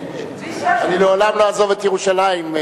אני לעולם לא אעזוב את ירושלים.